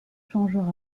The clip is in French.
changera